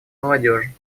молодежи